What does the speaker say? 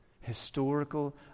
historical